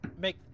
make